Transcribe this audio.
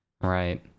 Right